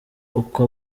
uko